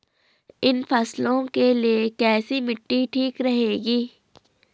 इन फसलों के लिए कैसी मिट्टी ठीक रहेगी?